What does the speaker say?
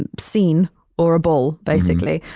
and scene or a ball, basically,